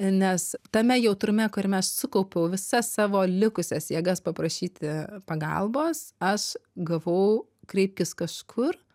nes tame jautrume kuriame aš sukaupiau visas savo likusias jėgas paprašyti pagalbos aš gavau kreipkis kažkur